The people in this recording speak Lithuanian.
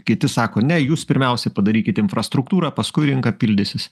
kiti sako ne jūs pirmiausiai padarykit infrastruktūrą paskui rinka pildysis